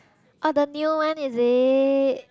oh the new one is it